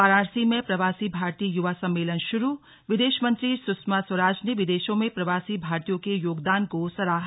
वाराणसी में प्रवासी भारतीय युवा सम्मेलन श्रूविदेश मंत्री सुषमा स्वराज ने विदेशों में प्रवासी भारतीयों के योगदान को सराहा